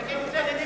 תגיד את זה לליברמן.